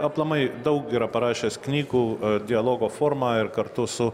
aplamai daug yra parašęs knygų dialogo forma ir kartu su